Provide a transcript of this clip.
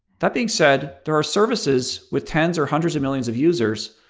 that being said, there are services with tens or hundreds of millions of users,